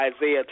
Isaiah